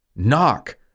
Knock